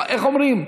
איך אומרים,